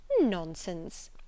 Nonsense